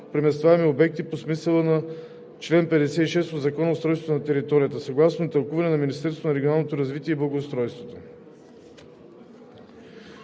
преместваеми обекти по смисъла на чл. 56 от Закона за устройство на територията съгласно тълкувание на Министерството на регионалното развитие и благоустройството.